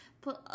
put